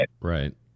Right